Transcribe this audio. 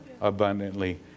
abundantly